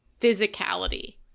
physicality